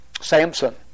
Samson